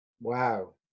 Wow